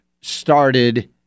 started